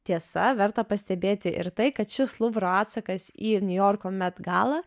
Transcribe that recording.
tiesa verta pastebėti ir tai kad šis luvro atsakas į niujorko met galą